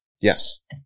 Yes